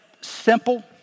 simple